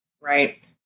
Right